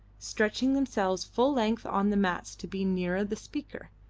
stretching themselves full length on the mats to be nearer the speaker.